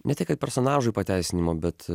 ne tik kad personažui pateisinimo bet